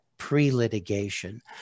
pre-litigation